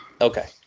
Okay